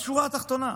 בשורה התחתונה,